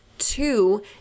Two